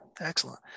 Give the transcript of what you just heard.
excellent